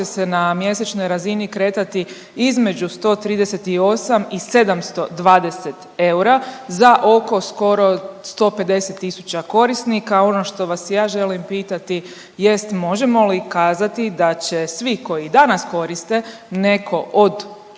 se na mjesečnoj razini kretati između 138 i 720 eura za oko skoro 150 tisuća korisnika, a ono što vas ja želim pitati jest, možemo li kazati da će svi koji danas koriste neko od